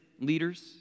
leaders